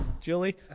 julie